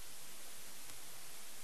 אתמול, ביום ראשון,